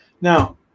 Now